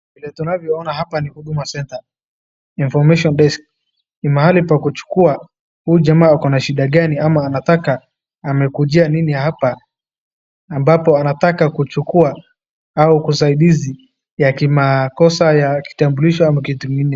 Vile tunavyoona hapa ni huduma centre . information desk ni mahali pa kuchukua huyu jamaa akona shida gani ama anataka amekujia nini hapa ambapo anataka kuchukua au usaidizi ya kimakosa ya kitambulisho au kitu ingine.